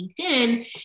LinkedIn